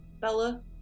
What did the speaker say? Bella